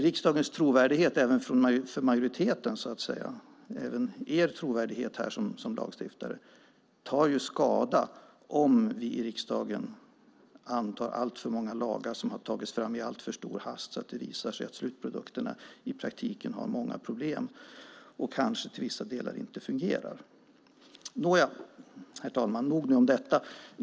Riksdagens trovärdighet - det gäller även majoritetens trovärdighet - som lagstiftare tar ju skada om vi i riksdagen antar allt för många lagar som har tagits fram i så stor hast att det visar sig att slutprodukterna i praktiken har många problem och kanske till vissa delar inte fungerar. Herr talman! Nog om detta.